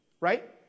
Right